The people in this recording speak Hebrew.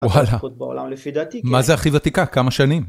וואלה, -מהכי ותיקות בעולם, לפי דעתי. -מה זה הכי ותיקה, כמה שנים?